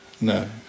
No